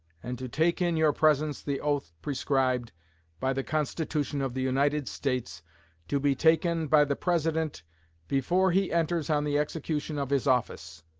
and to take in your presence the oath prescribed by the constitution of the united states to be taken by the president before he enters on the execution of his office.